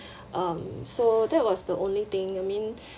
um so that was the only thing I mean